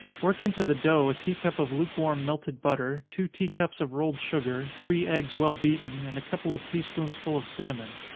work into the dough a tea-cup of lukewarm melted butter, two tea-cups of rolled sugar, three eggs well beaten, and a couple of tea-spoonsful of cinnamon.